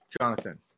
Jonathan